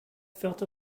felt